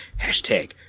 Hashtag